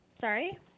Sorry